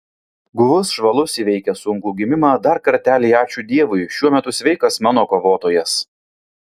guvus žvalus įveikęs sunkų gimimą dar kartelį ačiū dievui šiuo metu sveikas mano kovotojas